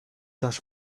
does